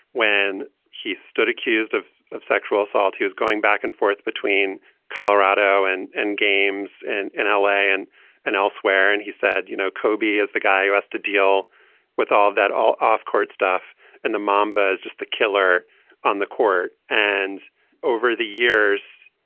when he stood accused of of sexual assault, he was going back and forth between colorado and and games and and l a. and and elsewhere. and he said, you know, kobe is the guy who has to deal with all of that all off court stuff and the mamba is just the killer on the court. and over the years,